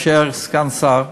להישאר סגן שר,